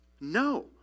No